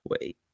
wait